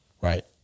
right